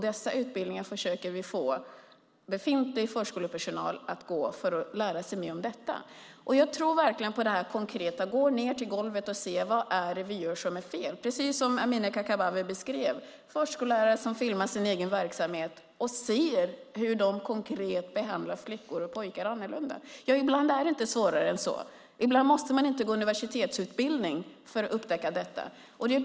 Dessa utbildningar försöker vi få befintlig förskolepersonal att gå för att lära sig mer om detta. Jag tror verkligen på det konkreta, på att nere på golvet se vad som är fel i det vi gör. Precis som Amineh Kakabaveh beskrev kan förskollärare filma sin verksamhet och konkret se hur pojkar och flickor behandlas annorlunda. Ibland är det inte svårare än så, och ibland är det inte nödvändigt att gå en universitetsutbildning för att upptäcka detta.